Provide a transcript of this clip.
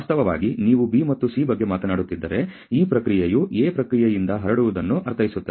ವಾಸ್ತವವಾಗಿ ನೀವು B ಮತ್ತು C ಬಗ್ಗೆ ಮಾತನಾಡುತ್ತಿದ್ದರೆ ಈ ಪ್ರಕ್ರಿಯೆಯು A ಪ್ರಕ್ರಿಯೆಯಿಂದ ಹರಡುವುದನ್ನು ಅರ್ಥೈಸುತ್ತದೆ